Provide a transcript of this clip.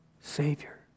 Savior